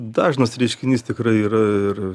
dažnas reiškinys tikrai yra ir